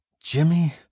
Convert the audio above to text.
Jimmy